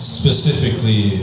specifically